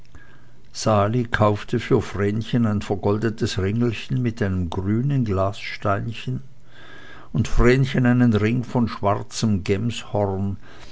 sali kaufte für vrenchen ein vergoldetes ringelchen mit einem grünen glassteinchen und vrenchen einen ring von schwarzem